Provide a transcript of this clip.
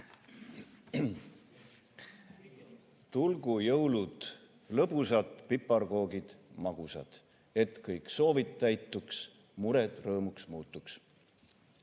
tulgu jõulud lõbusad, piparkoogid magusad, et kõik soovid täituks, mured rõõmuks muutuks.